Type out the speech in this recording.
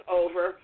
over